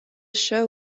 show